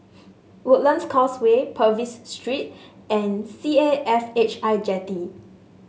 Woodlands Causeway Purvis Street and C A F H I Jetty